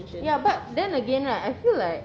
ya but then again right I feel like